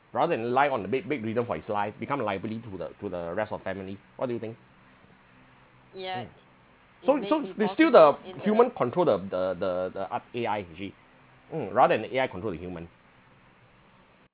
rather than lie on the bed bedridden for his life become a liability to the to the rest of family what do you think mm so so there's still the human control the the the the art A_I actually mm rather than A_I control the human